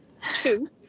Two